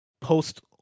post